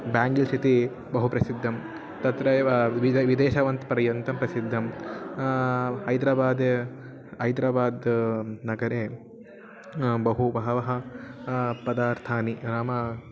bangles इति बहु प्रसिद्धं तत्रैव विविधविदेशवनं पर्यन्तं प्रसिद्धम् ऐद्राबाद् ऐद्राबाद् नगरे बहु बहवः पदार्थानि नाम